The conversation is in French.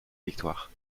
victoire